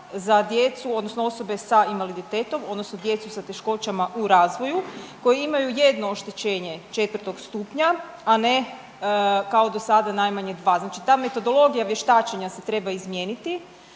za djecu odnosno osobe s invaliditetom odnosno djecu sa teškoćama u razvoju koji imaju jedno oštećenje četvrtog stupnja, a ne kao do sada najmanje dva. Znači ta metodologija vještačenja se treba izmijeniti,